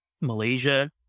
Malaysia